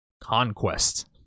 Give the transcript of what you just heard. conquest